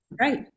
Right